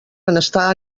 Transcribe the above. benestar